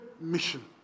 mission